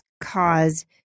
cause